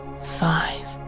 Five